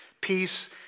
peace